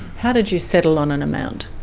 how did you settle on an amount?